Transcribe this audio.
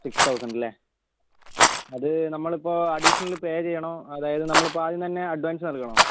six thousand അല്ലേ അത് നമ്മളിപ്പോൾ അഡീഷണൽ പേ ചെയ്യണോ അതായത് നമ്മളിപ്പോൾ ആദ്യം തന്നെ അഡ്വാൻസ് നൽകണോ